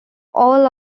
all